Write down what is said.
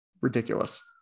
Ridiculous